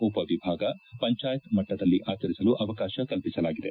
ಉಪ ವಿಭಾಗ ಪಂಚಾಯತ್ ಮಟ್ಟದಲ್ಲಿ ಆಚರಿಸಲು ಅವಕಾಶ ಕಲ್ಪಿಸಲಾಗಿದೆ